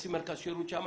לשים מרכז שירות שם.